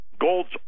Gold's